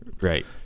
Right